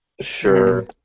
Sure